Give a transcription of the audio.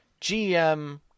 GM